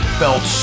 felt